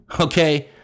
okay